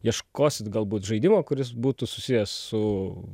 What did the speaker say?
ieškosit galbūt žaidimo kuris būtų susijęs su